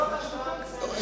וזאת השוואה בסדר,